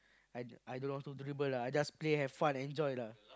I I don't know how to dribble lah I just play have fun enjoy lah